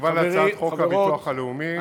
תשובה על הצעת חוק הביטוח הלאומי,